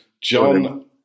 John